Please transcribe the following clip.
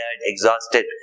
exhausted